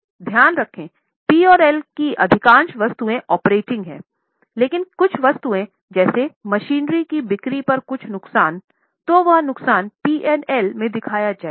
ध्यान रखें P और L की अधिकांश वस्तुएँ ऑपरेटिंग हैं लेकिन कुछ वस्तुएँ जैसे मशीनरी की बिक्री पर कुछ नुकसान तो वो नुकसान P और L में दिखाया जाएगा